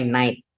night